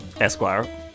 Esquire